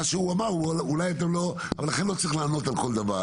מה שהוא אמר אולי אתם לא ולכן לא צריך לענות על כל דבר,